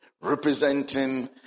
representing